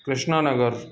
Krishna Nagar